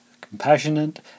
compassionate